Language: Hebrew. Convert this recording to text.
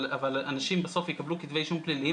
אבל אנשים בסוף יקבלו כתבי אישום פלפליים,